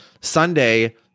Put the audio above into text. Sunday